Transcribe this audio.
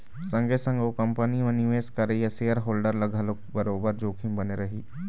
संगे संग ओ कंपनी म निवेश करइया सेयर होल्डर ल घलोक बरोबर जोखिम बने रही